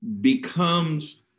becomes